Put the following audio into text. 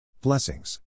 Blessings